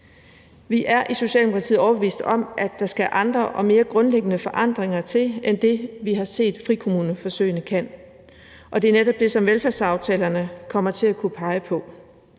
Vi er i Socialdemokratiet overbevist om, at der skal andre og mere grundlæggende forandringer til end det, vi har set frikommuneforsøgene kan. Og det er netop det, som velfærdsaftalerne kommer til at kunne pege på.